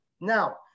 Now